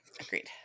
Agreed